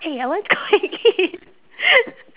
eh I want to go and eat